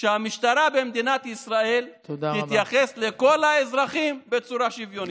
שהמשטרה במדינת ישראל תתייחס לכל האזרחים בצורה שוויונית.